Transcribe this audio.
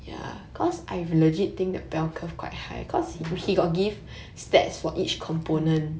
uh mm